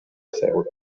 seure